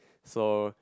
so